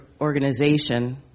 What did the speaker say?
organization